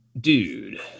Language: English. Dude